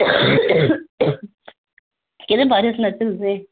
के'ह्दे बारे च सनाचे तुसें गी